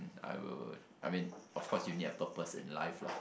I will I mean of course you need a purpose in life lah